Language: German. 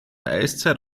eiszeit